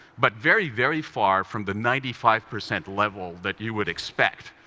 but very, very far from the ninety five percent level that you would expect,